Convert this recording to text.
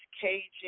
Caging